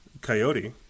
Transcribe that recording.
Coyote